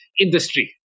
industry